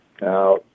Now